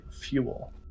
fuel